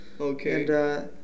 Okay